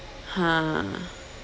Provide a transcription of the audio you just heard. ha